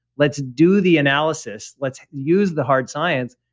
let's do the analysis. let's use the hard science,